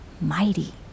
mighty